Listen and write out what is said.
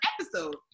episode